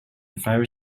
very